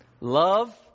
Love